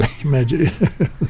Imagine